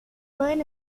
pueden